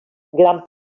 gran